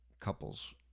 couples